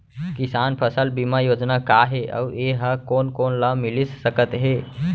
किसान फसल बीमा योजना का हे अऊ ए हा कोन कोन ला मिलिस सकत हे?